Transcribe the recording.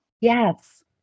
Yes